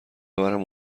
ببرم